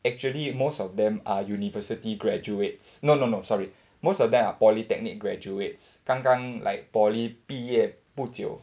actually most of them are university graduates no no no sorry most of them are polytechnic graduates 刚刚 like poly 毕业不久